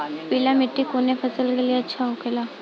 पीला मिट्टी कोने फसल के लिए अच्छा होखे ला?